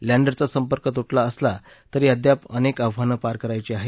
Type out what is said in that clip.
लँडरचा संपर्क तुटला असला तरी अद्याप अनेक आव्हानं पार करायची आहेत